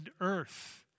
earth